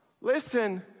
Listen